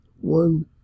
one